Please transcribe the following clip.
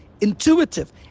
intuitive